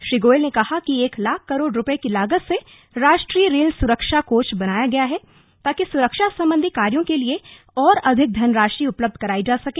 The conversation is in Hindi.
श्री गोयल ने कहा कि एक लाख करोड़ रूपये की लागत से राष्ट्रीय रेल सुरक्षा कोष बनाया गया है ताकि सुरक्षा संबंधी कार्यों के लिए और अधिक धनराशि उपलब्ध कराई जा सके